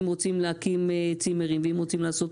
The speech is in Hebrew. אם רוצים להקים צימרים או אם רוצים לעשות